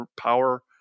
power